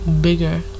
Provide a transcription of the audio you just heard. bigger